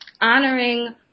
honoring